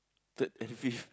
third and fifth